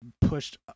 pushed